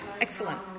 Excellent